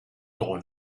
dawn